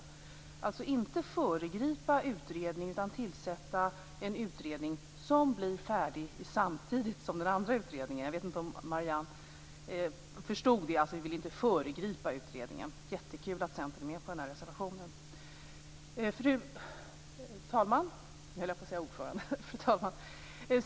Vi vill alltså inte föregripa utredningen, utan vi vill att det skall tillsättas en utredning som blir färdig samtidigt som den andra utredningen. Jag vet inte om Marianne Andersson förstod mig här. Vi vill alltså inte föregripa utredningen. Det är jättekul att Centern står bakom den här reservationen. Fru talman!